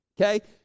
okay